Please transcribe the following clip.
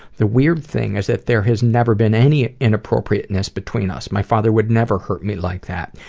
the weird thing is that there has never ben any inappropriateness between us. my father would never hurt me like that.